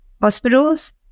hospitals